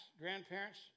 grandparents